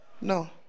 No